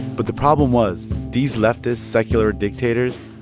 but the problem was these leftist, secular dictators,